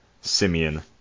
Simeon